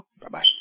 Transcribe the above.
Bye-bye